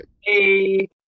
Hey